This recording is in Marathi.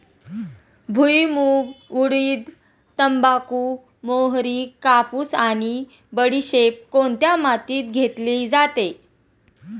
भुईमूग, उडीद, तंबाखू, मोहरी, कापूस आणि बडीशेप कोणत्या मातीत घेतली जाते?